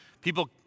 people